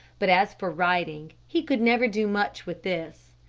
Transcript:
but as for writing he could never do much with this.